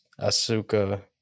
Asuka